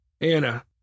Anna